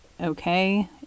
okay